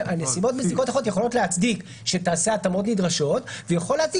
הנסיבות המצדיקות יכולות להצדיק שתעשה התאמות נדרשות ויכול להצדיק